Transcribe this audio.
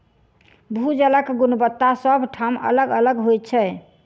भू जलक गुणवत्ता सभ ठाम अलग अलग होइत छै